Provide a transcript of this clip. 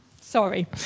Sorry